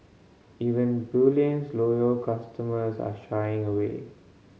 even bullion's loyal customers are shying away